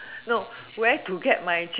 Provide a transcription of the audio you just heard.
no where to get my chicken rice